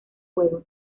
juego